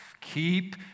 Keep